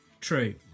true